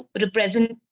represent